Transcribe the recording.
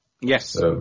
yes